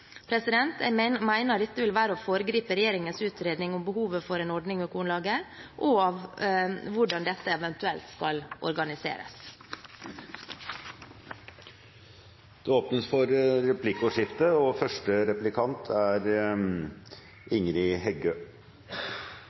Jeg mener dette vil være å foregripe regjeringens utredning om behovet for en ordning med kornlager og av hvordan dette eventuelt skal organiseres. Det blir replikkordskifte.